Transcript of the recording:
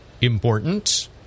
important